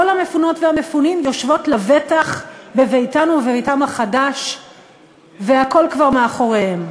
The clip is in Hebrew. המפונות והמפונים יושבות לבטח בביתן ובביתם החדש והכול כבר מאחוריהם?